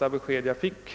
slaget!